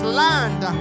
land